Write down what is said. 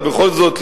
אבל בכל זאת,